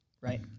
right